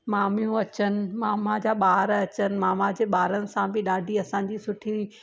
मामियूं अचनि मामा जा ॿार अचनि मामा जे ॿारनि सां बि ॾाढी असांजी सुठी